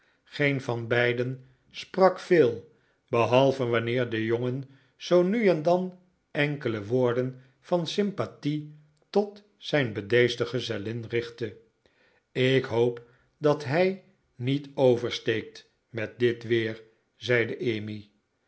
geen van beiden sprak veel behalve wanneer de jongen zoo nu en dan enkele woorden van sympathie tot zijn bedeesde gezellin richtte ik hoop dat hij niet oversteekt met dit weer zeide emmy